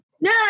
no